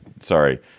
sorry